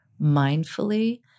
mindfully